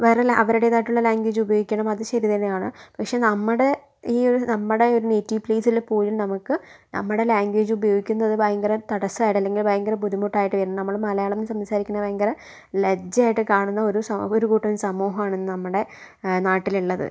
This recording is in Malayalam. വേറെ ലാ അവരുടേതായിട്ടൊള്ള ലാംഗ്വേജ് ഉപയോഗിക്കണം അത് ശരി തന്നെയാണ് പക്ഷെ നമ്മുടെ ഈ ഒരു നമ്മുടെ ഒരു നേറ്റീവ് പ്ലേസില് പോലും നമുക്ക് നമ്മുടെ ലാംഗ്വേജ് ഉപയോഗിക്കുന്നത് ഭയങ്കര തടസ്സവായിട്ട് അല്ലെങ്കിൽ ഭയങ്കര ബുദ്ധിമുട്ടായിട്ടാണ് നമ്മള് മലയാളം സംസാരിക്കണത് ഭയങ്കര ലജ്ജ ആയിട്ട് കാണുന്ന ഒരു സമൂഹം ഒരു കൂട്ടം സമൂഹമാണ് ഇന്ന് നമ്മുടെ നാട്ടിലുള്ളത്